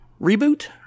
reboot